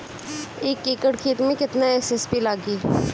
एक एकड़ खेत मे कितना एस.एस.पी लागिल?